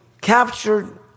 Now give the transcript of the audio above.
captured